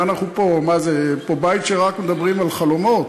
מה זה, בית שרק מדברים על חלומות?